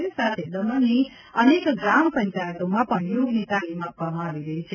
આ સાથે દમણની અનેક ગ્રામ પંચાયતોમાં પણ યોગની તાલિમ આપવામાં આવી રહી છે